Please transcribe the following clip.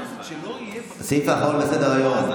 סעיף אחרון בסדר-היום,